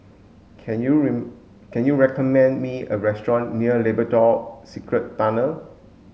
can you recommend me a restaurant near Labrador Secret Tunnels